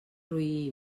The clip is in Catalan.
roí